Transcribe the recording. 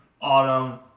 autumn